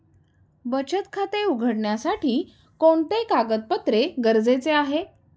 बचत खाते उघडण्यासाठी कोणते कागदपत्रे गरजेचे आहे?